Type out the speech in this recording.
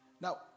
Now